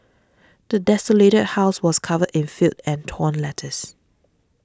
the desolated house was covered in filth and torn letters